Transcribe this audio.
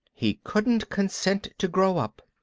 he couldn't consent to grow up.